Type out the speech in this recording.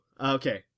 Okay